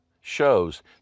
shows